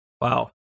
Wow